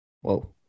Whoa